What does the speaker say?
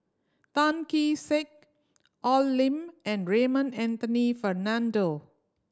Tan Kee Sek Al Lim and Raymond Anthony Fernando